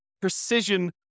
precision